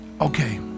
Okay